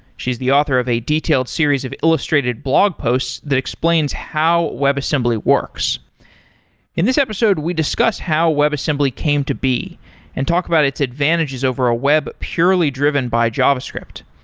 she's the author of a detailed series of illustrated blog posts that explain how web assembly works in this episode, we discuss how web assembly came to be and talk about its advantages over a web purely driven by java script.